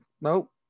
nope